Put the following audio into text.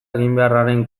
eginbeharraren